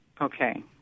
Okay